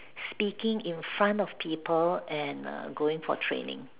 speaking in front of people and err going for training